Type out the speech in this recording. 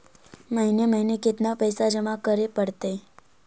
महिने महिने केतना पैसा जमा करे पड़तै?